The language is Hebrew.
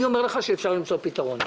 אני אומר לך שאפשר למצוא פתרון.